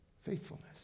faithfulness